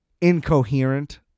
incoherent